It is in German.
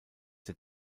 der